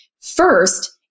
First